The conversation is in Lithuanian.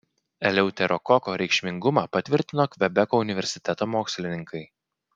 eleuterokoko reikšmingumą patvirtino kvebeko universiteto mokslininkai